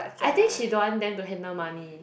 I think she don't want them to handle money